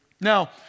Now